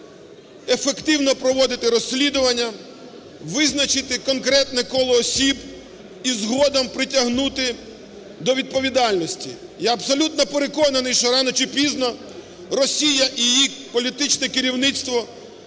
ефективно проводити розслідування, визначити конкретне коло осіб і згодом притягнути до відповідальності. Я абсолютно переконаний, що рано чи пізно Росія і її політичне керівництво